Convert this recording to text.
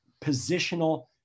positional